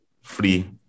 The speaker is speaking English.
free